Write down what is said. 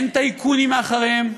אין טייקונים מאחוריהם,